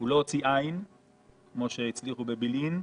הוא לא הוציאו עין כמו שהצליחו בבילעין,